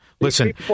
Listen